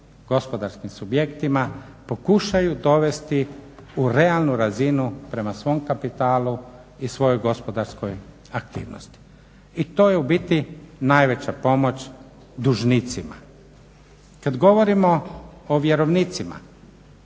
gospodarskim subjektima pokušaju dovesti u realnu razinu prema svom kapitalu i svojoj gospodarskoj aktivnosti. I to je u biti najveća pomoć dužnicima. Kada govorimo o vjerovnicima